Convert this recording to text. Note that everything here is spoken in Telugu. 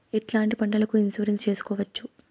ఎట్లాంటి పంటలకు ఇన్సూరెన్సు చేసుకోవచ్చు?